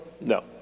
No